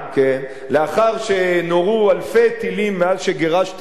לאחר שנורו אלפי טילים מאז שגירשתם את